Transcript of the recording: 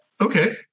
Okay